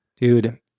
Dude